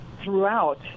throughout